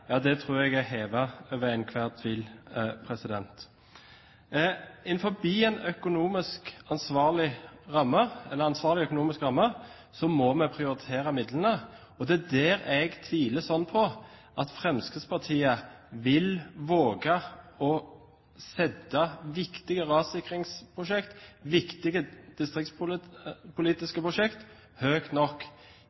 ja det tror jeg er hevet over enhver tvil. Innenfor en ansvarlig økonomisk ramme må vi prioritere midlene, og det er da jeg tviler sånn på at Fremskrittspartiet vil våge å sette viktige rassikringsprosjekt og viktige